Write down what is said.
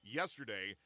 yesterday